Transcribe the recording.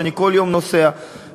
שאני כל יום נוסע בו,